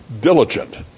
diligent